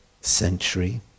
century